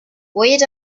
wait